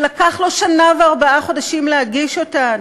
שלקח לו שנה וארבעה חודשים להגיש אותן,